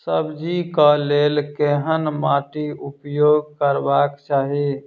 सब्जी कऽ लेल केहन माटि उपयोग करबाक चाहि?